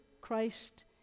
Christ